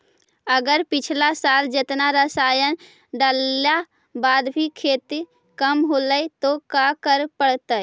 अगर पिछला साल जेतना रासायन डालेला बाद भी खेती कम होलइ तो का करे पड़तई?